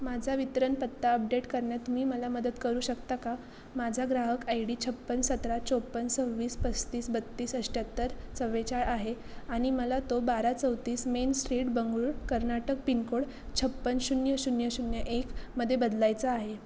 माझा वितरण पत्ता अपडेट करण्यात तुम्ही मला मदत करू शकता का माझा ग्राहक आय डी छप्पन्न सतरा चोपन्न सव्वीस पस्तीस बत्तीस अठ्याहत्तर चव्वेचाळीस आहे आणि मला तो बारा चौतीस main street Bengaluru Karnataka pin code छप्पन्न शून्य शून्य शून्य एकमध्ये बदलायचा आहे